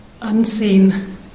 unseen